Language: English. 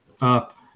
up